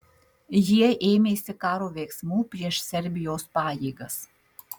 jie ėmėsi karo veiksmų prieš serbijos pajėgas